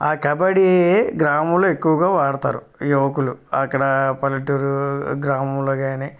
ఆ కబడ్డీ గ్రామంలో ఎక్కువగా ఆడతారు ఈ యువకులు అక్కడ ఆ పల్లెటూరు గ్రామంలో కానీ